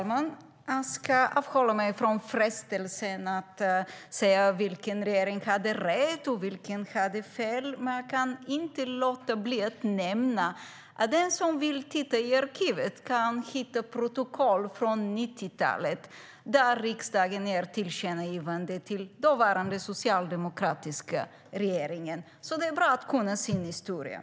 Fru talman! Jag ska avhålla mig från frestelsen att säga vilken regering som hade rätt och vilken som hade fel. Men jag kan inte låta bli att nämna att den som vill titta i arkivet kan hitta protokoll från 90-talet där riksdagen gör ett tillkännagivande till dåvarande socialdemokratiska regering. Det är bra att kunna sin historia.